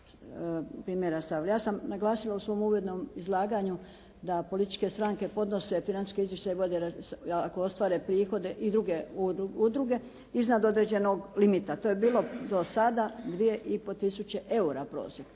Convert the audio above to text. Ja sam naglasila u svom uvodnom izlaganju da političke stranke podnose financijske izvještaje, ako ostvare prihode i druge udruge iznad određenog limita. To je bilo do sada 2 i pol